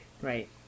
right